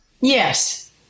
Yes